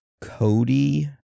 Cody